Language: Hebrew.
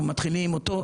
אנחנו מתחילים אותו,